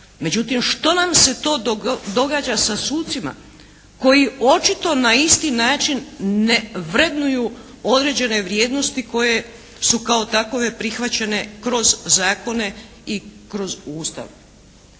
Međutim što nam se to događa sa sucima koji očito na isti način ne vrednuju određene vrijednosti koje su kao takove prihvaćene kroz zakone i kroz Ustav?